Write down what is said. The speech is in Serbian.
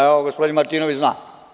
Evo gospodin Martinović zna.